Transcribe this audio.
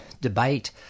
debate